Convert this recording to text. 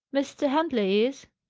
mr. huntley is,